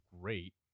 great